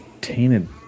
tainted